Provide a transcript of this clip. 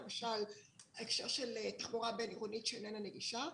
יש גם ההקשר של תחבורה בין-עירונית שאיננה נגישה.